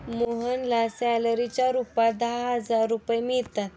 मोहनला सॅलरीच्या रूपात दहा हजार रुपये मिळतात